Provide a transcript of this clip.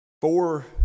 Four